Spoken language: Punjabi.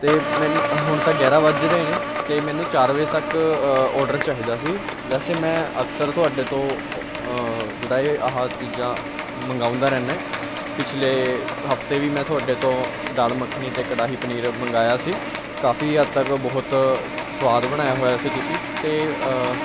ਅਤੇ ਮੈਨ ਹੁਣ ਤਾਂ ਗਿਆਰ੍ਹਾਂ ਵੱਜ ਰਹੇ ਨੇ ਅਤੇ ਮੈਨੂੰ ਚਾਰ ਵਜੇ ਤੱਕ ਓਰਡਰ ਚਾਹੀਦਾ ਸੀ ਵੈਸੇ ਮੈਂ ਅਕਸਰ ਤੁਹਾਡੇ ਤੋਂ ਜਿਹੜਾ ਇਹ ਆਹ ਚੀਜ਼ਾਂ ਮੰਗਵਾਉਂਦਾ ਰਹਿੰਦਾ ਪਿਛਲੇ ਹਫਤੇ ਵੀ ਮੈਂ ਤੁਹਾਡੇ ਤੋਂ ਦਾਲ ਮੱਖਣੀ ਅਤੇ ਕੜਾਹੀ ਪਨੀਰ ਮੰਗਵਾਇਆ ਸੀ ਕਾਫੀ ਹੱਦ ਤੱਕ ਬਹੁਤ ਸਵਾਦ ਬਣਾਇਆ ਹੋਇਆ ਸੀ ਤੁਸੀਂ ਅਤੇ